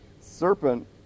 serpent